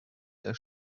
der